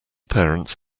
parents